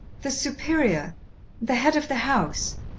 the superior the head of the house.